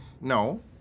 No